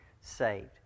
saved